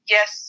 Yes